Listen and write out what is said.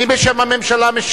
מי משיב בשם הממשלה?